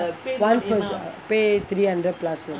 pay three hundred plus lah